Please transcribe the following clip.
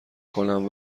کنم